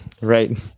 Right